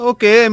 Okay